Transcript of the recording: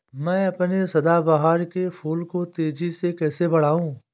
मैं अपने सदाबहार के फूल को तेजी से कैसे बढाऊं?